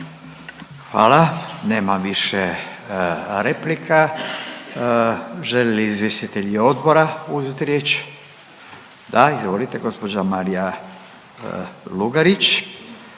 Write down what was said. Hvala. Nema više replika. Žele li izvjestitelji odbora uzeti riječ? Da. Izvolite gospođa Marija Lugarić,